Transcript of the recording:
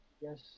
Yes